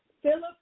Philip